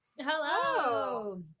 Hello